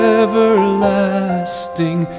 everlasting